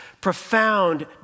profound